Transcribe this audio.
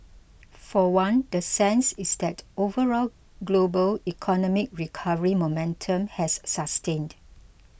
for one the sense is that overall global economic recovery momentum has sustained